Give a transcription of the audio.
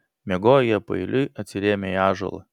miegojo jie paeiliui atsirėmę į ąžuolą